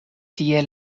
tie